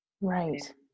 Right